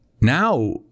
now